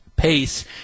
pace